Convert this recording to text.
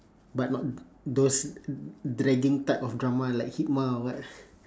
but not those dragging type of drama like or what